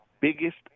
biggest